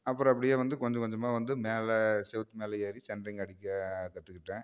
அப்புறம் அப்படியே வந்து கொஞ்சம் கொஞ்சமாக வந்து மேலே செவத்து மேலே ஏறி சென்ட்ரிங் அடிக்க கற்றுக்கிட்டேன்